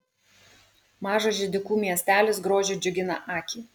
mažas židikų miestelis grožiu džiugina akį